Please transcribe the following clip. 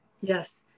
yes